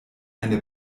eine